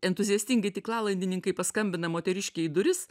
entuziastingi tinklalaidininkai paskambina moteriškei duris